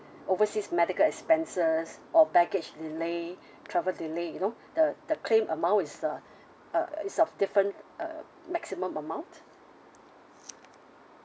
overseas medical expenses or baggage delay travel delay you know the the claim amount is uh Uh is of different uh maximum amount